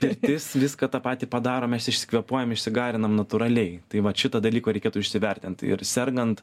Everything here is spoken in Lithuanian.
pirtis viską tą patį padaro mes išskvepuojam išsigarinam natūraliai tai vat šitą dalyko reikėtų įsivertint ir sergant